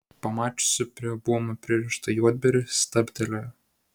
pamačiusi prie buomo pririštą juodbėrį stabtelėjo